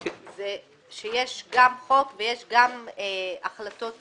מצאתי שיש גם חוק ויש גם החלטות